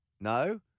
No